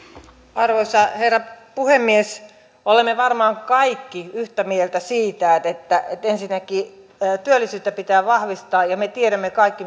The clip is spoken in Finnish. arvoisa herra puhemies olemme varmaan kaikki yhtä mieltä siitä että ensinnäkin työllisyyttä pitää vahvistaa ja me tiedämme kaikki